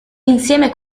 insieme